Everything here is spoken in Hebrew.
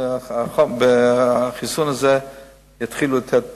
את החיסון הזה יתחילו לתת בקרוב.